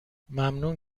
ممنون